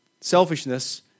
Selfishness